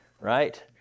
Right